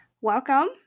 Welcome